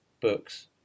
books